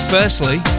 Firstly